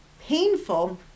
painful